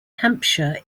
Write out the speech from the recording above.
hampshire